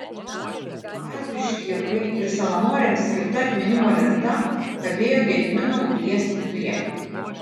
kaziui škirpai ir savanoriams skirta atminimo lenta kabėjo gedimino pilies viduje